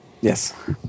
Yes